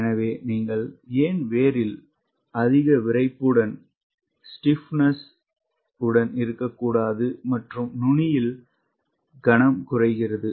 எனவே நீங்கள் ஏன் வேரில் அதிக விறைப்புடன் இருக்கக்கூடாது மற்றும் நுனியில் கணம் குறைகிறது